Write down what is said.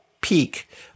peak